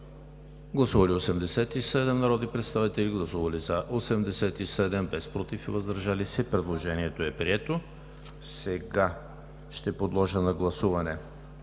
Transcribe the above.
Гласували 87 народни представители: за 87, против и въздържали се няма. Предложението е прието. Сега ще подложа на гласуване